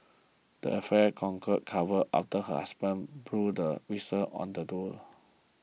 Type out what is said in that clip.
the affair conquer covered after her husband blew the whistle on the Duo